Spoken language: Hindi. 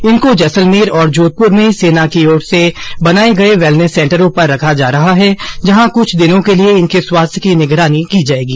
इनको जैसलमेर और जोधपुर में सेना की ओर से बनाए गए वेलनेस सेंटरों पर रखा जा रहा है जहां कुछ दिनों के लिए इनके स्वास्थ्य की निगरानी की जाएगी